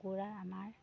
কুকুৰা আমাৰ